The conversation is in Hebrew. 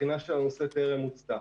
הבחינה של הנושא טרם מוצתה.